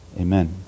amen